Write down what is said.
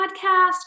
podcast